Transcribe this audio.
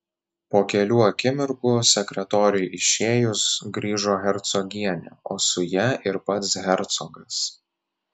po kelių akimirkų sekretoriui išėjus grįžo hercogienė o su ja ir pats hercogas